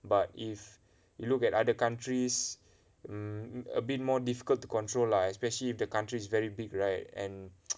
but if you look at other countries um a bit more difficult to control lah especially if the country is very big right and